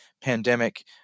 pandemic